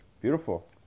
Beautiful